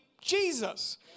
Jesus